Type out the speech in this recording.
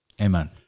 Amen